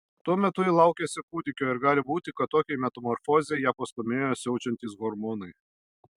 tuo metu ji laukėsi kūdikio ir gali būti kad tokiai metamorfozei ją pastūmėjo siaučiantys hormonai